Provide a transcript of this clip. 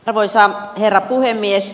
arvoisa herra puhemies